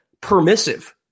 permissive